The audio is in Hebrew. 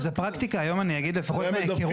אז הפרקטיקה היום, אני אגיד לפחות מההיכרות שלי.